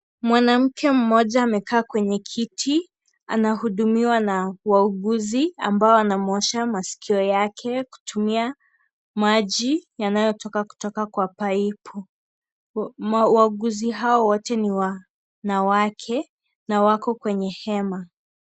Mwanamke mmoja amekaa kwenye kiti, anahudumiwa na wauguzi ambao wanamwosha masikio yake, kutumia, maji, yanayo toka kutoka kwa paipu, wauguzi hao wote ni wanawake, na wako kwenye hema.